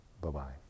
Bye-bye